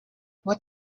what